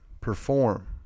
perform